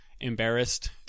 embarrassed